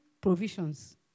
provisions